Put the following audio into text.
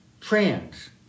trans